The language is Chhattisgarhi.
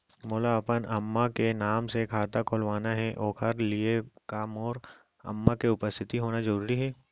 मोला अपन अम्मा के नाम से खाता खोलवाना हे ओखर लिए का मोर अम्मा के उपस्थित होना जरूरी हे?